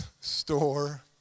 store